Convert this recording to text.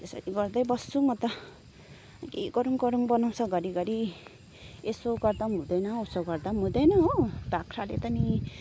यसरी गर्दै बस्छु म त के गरौँ गरौँ बनाउँछ घरिघरि यसो गर्दा पनि हुँदैन उसो गर्दा पनि हुँदैन हो बाख्राले त नि